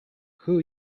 who